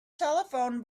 telephone